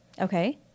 Okay